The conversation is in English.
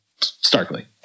starkly